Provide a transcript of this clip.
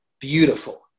beautiful